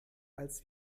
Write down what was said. als